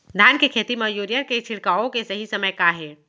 धान के खेती मा यूरिया के छिड़काओ के सही समय का हे?